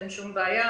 ואין שום בעיה.